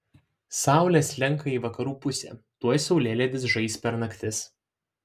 saulė slenka į vakarų pusę tuoj saulėlydis žais per naktis